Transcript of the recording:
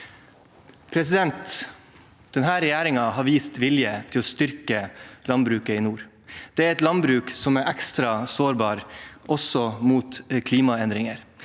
framtida.» Denne regjeringen har vist vilje til å styrke landbruket i nord. Det er et landbruk som er ekstra sårbart, også overfor klimaendringer.